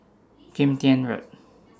Kim Tian Road